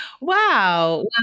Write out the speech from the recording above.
Wow